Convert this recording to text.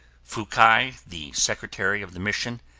fukai, the secretary of the mission,